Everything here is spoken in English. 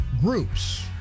groups